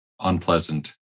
unpleasant